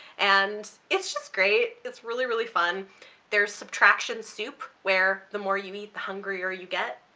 and it's just great. it's really really fun there's subtraction soup where the more you eat the hungrier you get,